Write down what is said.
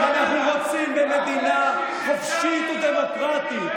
אם אנחנו רוצים במדינה חופשית ודמוקרטית,